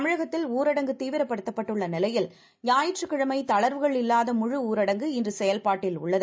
தமிழகத்தில்ஊரடங்குதீவிரப்படுத்தப்பட்டுள்ளநிலையில்இன்றுஞாயிற்றுக்கி ழமைதளர்வுகள்இல்லாதமுழுஊரடங்குசெயல்பாட்டில்உள்ளது